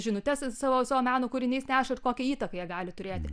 žinutes savo savo meno kūriniais neša ir kokią įtaką jie gali turėti